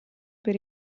per